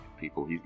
people